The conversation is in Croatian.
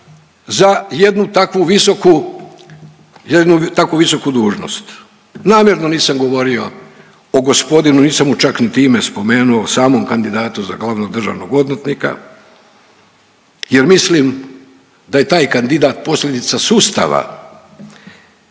jednu takvu visoku dužnost. Namjerno nisam govorio o gospodinu, nisam mu čak niti ime spomenuo, samom kandidatu za glavnog državnog odvjetnika jer mislim da je taj kandidat posljedica sustava